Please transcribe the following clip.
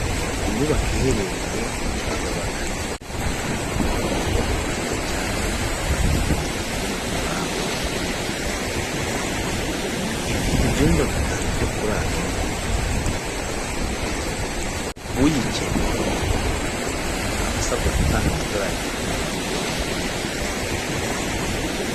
Inyubako iherereye Kibagabaga, ni inyubako nziza cyane iri mu gipangu, ifite ibyumba bitanu byo kuraramo, uyikeneye aba asabwa gutanga ama dorari magana abiri na mirongo ine.